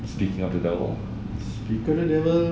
speak of the devil